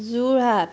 Jorhat